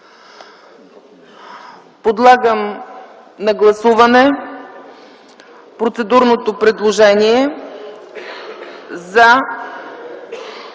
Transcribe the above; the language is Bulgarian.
Подлагам на гласуване процедурното предложение за